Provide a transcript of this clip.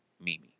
Mimi